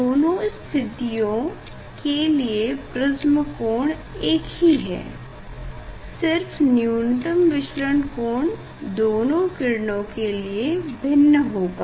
दोनों स्थितियों के लिए प्रिस्म कोण एक ही हैं सिर्फ न्यूनतम विचलन कोण दोनों किरणों के लिए भिन्न होगा